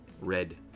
Red